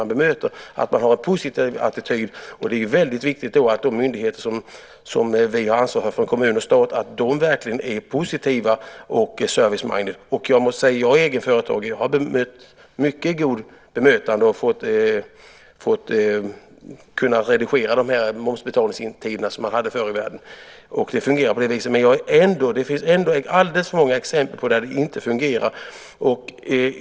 Det är viktigt att man har en positiv attityd, och att de myndigheter som vi har ansvar för - kommun och stat - verkligen är positiva och service-minded . Jag är egenföretagare. Jag har fått ett mycket gott bemötande och har kunnat anpassa de momsinbetalningstider som man hade förr i världen. Men det finns alldeles för många exempel på att det inte fungerar.